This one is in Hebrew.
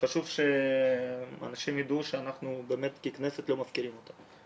חשוב שאנשים ידעו שאנחנו ככנסת לא מפקירים אותם.